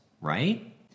right